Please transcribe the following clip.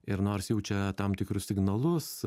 ir nors jaučia tam tikrus signalus